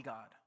God